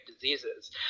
diseases